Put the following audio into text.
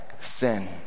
sin